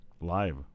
live